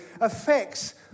affects